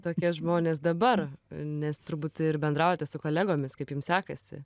tokie žmonės dabar nes turbūt ir bendraujate su kolegomis kaip jum sekasi